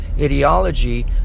ideology